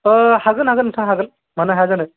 ओ हागोन हागोन नोंथाङा हागोन मानो हाया जानो